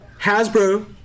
Hasbro